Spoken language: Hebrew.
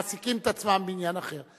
מעסיקים את עצמם בעניין אחר.